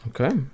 Okay